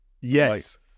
Yes